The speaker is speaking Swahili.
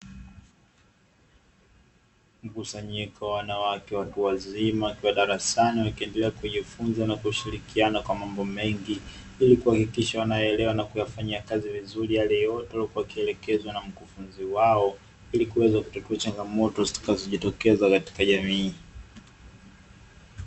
Mkusanyiko wa wanawake watu wazima wakiwa darasani wakiendelea kujifunza na kushirikiana kwa mambo mengi, ili kuhakikisha wanaelewa na kuyafanyia kazi vizuri yale yote waliyokuwa wakielekezwa na mkufunzi wao ili kuweza kutatua changamoto zitakazojitokeza katika jamii.